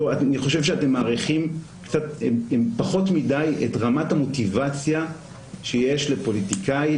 אני חושב שאתם מעריכים קצת פחות מדי את רמת המוטיבציה שיש לפוליטיקאי,